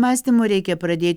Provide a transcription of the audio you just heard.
mąstymo reikia pradėt